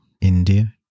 India